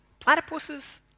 platypuses